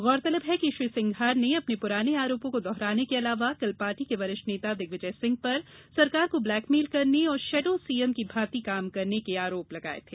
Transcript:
गौरतलब है कि श्री सिंघार ने अपने पुराने आरोपों को दोहराने के अलावा कल पार्टी के वरिष्ठ नेता दिग्विजय सिंह पर सरकार को ब्लैकमेल करने और शेडो सीएम की भांति काम करने के आरोप लगाए थे